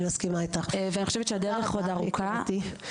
ואני חושבת שהדרך עוד ארוכה.